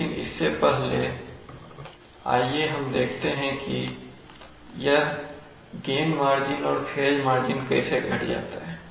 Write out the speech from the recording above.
लेकिन इससे पहले आइए हम देखते हैं कि यह गेन मार्जिन और फेज मार्जिन कैसे घट जाता है